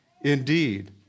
indeed